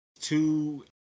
two